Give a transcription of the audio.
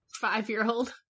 five-year-old